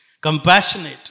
compassionate